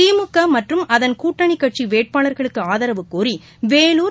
திமுகமற்றும் அதன் கூட்டணிக்கட்சிவேட்பாளர்களுக்குஆதரவு கோரிவேலுர்